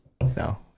No